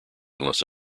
unless